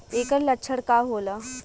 ऐकर लक्षण का होला?